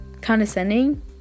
condescending